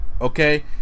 Okay